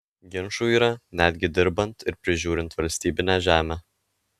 ginčų yra netgi dirbant ir prižiūrint valstybinę žemę